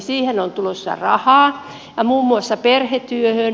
siihen on tulossa rahaa muun muassa perhetyöhön